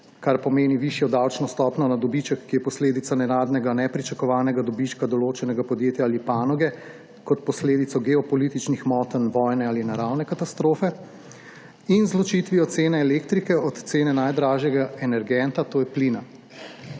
kar pomeni višjo davčno stopnjo na dobiček, ki je posledica nenadnega nepričakovanega dobička določenega podjetja ali panoge kot posledica geopolitičnih motenj, vojne ali naravne katastrofe, in z ločitvijo cene elektrike od cene najdražjega energenta, to je plina.